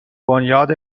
بنیاد